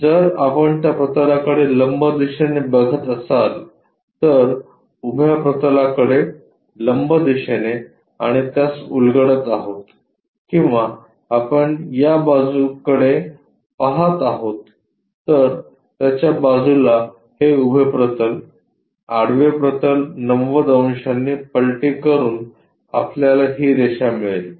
जर आपण त्या प्रतलाकडे लंब दिशेने बघत असाल तर उभ्या प्रतलाकडे लंब दिशेने आणि त्यास उलगडत आहोत किंवा आपण या बाजूकडे पहात आहोत तर त्याच्या बाजूला हे उभे प्रतल आडवे प्रतल 90 अंशांनी पलटी करून आपल्याला ही रेषा मिळेल